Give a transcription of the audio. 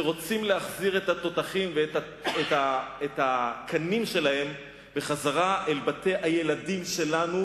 שרוצים להחזיר את התותחים ואת הקנים שלהם בחזרה אל בתי-הילדים שלנו,